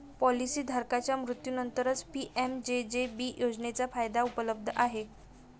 policy धारकाच्या मृत्यूनंतरच PMJJB योजनेचा फायदा उपलब्ध आहे